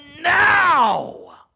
now